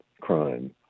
crime